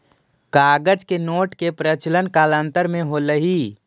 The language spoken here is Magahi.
कागज के नोट के प्रचलन कालांतर में होलइ